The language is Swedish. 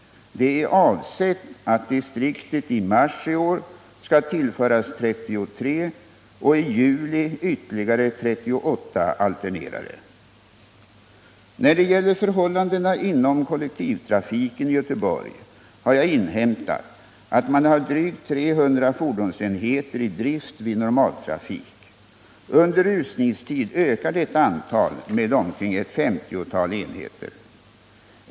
Det är avsett att distriktet i mars i år skall tillföras 33 och i juli ytterligare 38 alternerare. När det gäller förhållandena inom kollektivtrafiken i Göteborg har jag inhämtat att man har drygt 300 fordonsenheter i drift vid normaltrafik. Under rusningstid ökar detta antal med omkring ett femtiotal enheter.